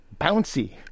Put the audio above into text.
bouncy